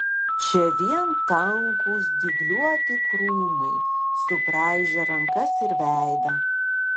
čia vien tankūs dygliuoti krūmai subraižę rankas ir veidą